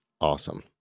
awesome